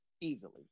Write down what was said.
easily